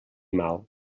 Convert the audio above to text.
mal